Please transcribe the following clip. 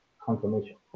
confirmation